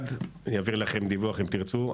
אעביר לכם דיווח בנפרד אם תרצו.